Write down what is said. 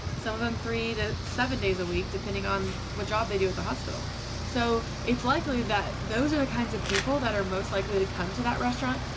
some of them three to seven days a week depending on what job. they do at the hospital so it's likely that those are the kinds. of people that are most likely to come to that restaurant.